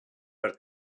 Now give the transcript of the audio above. per